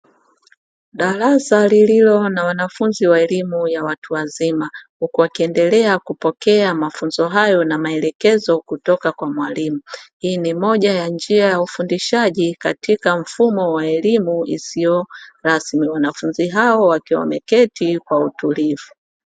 Darasa lililo na wanafunzi wa elimu ya watu wazima, huku wakiendelea kupokea mafunzo hayo na maelekezo kutoka kwa mwalimu. Hii ni moja ya njia ya ufundishaji katika mfumo wa elimu isiyo rasmi, wanafunzi hao wakiwa wameketi kwa utulivu.